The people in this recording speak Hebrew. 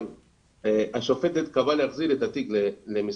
אבל השופטת קבעה להחזיר את התיק למשרד